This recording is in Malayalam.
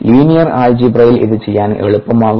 ലീനിയർ ആൾജിബ്രയിൽ ഇത് ചെയ്യാൻ എളുപ്പമാകും